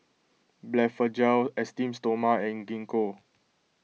Blephagel Esteem Stoma and Gingko